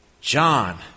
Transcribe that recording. John